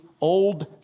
Old